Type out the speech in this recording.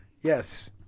Yes